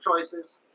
choices